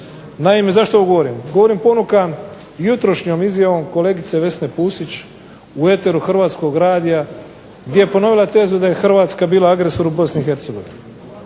Naime, zašto ovo govorim? Govorim ponukan jutrošnjom izjavom kolegice Vesne Pusić u eteru Hrvatskog radija gdje je ponovila tezu da je Hrvatska bila agresor u Bosni i Hercegovini,